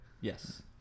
Yes